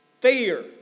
Fear